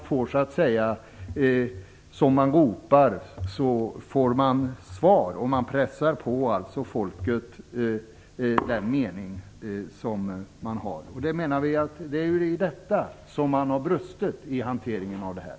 Som man ropar får man svar. Man pressar på folket sin mening. Vi menar att det är i detta avseende som man har brustit i hanteringen av det här.